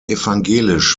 evangelisch